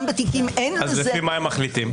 אם כן, לפי מה הם מחליטים?